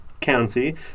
County